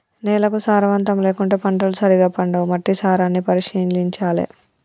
నేల సారవంతం లేకుంటే పంటలు సరిగా పండవు, మట్టి సారాన్ని పరిశీలించాలె